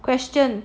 question